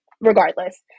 regardless